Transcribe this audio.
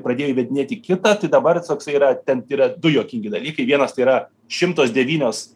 pradėjo įvedinėti kitą tai dabar toksai yra ten yra du juokingi dalykai vienas tai yra šimtas devynios